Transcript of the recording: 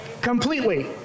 completely